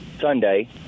Sunday